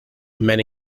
men